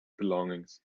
belongings